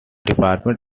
department